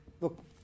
look